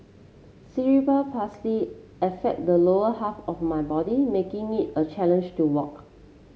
cerebral affect the lower half of my body making it a challenge to walk